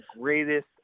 greatest